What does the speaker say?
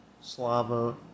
Slava